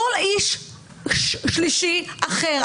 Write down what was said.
לא על איש שלישי אחר,